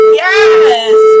yes